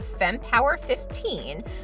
FEMPOWER15